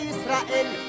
Israel